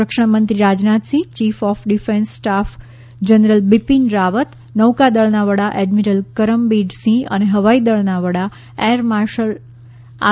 સંરક્ષણ મંત્રી Rajnath Singh chief of defence staff general Bipin Rawat નૌકાદળના વડા એડમિરલ કરમબીર સિંહ અને હવાઈ દળના વડા એર માર્શલ આર